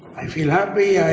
i feel happy. i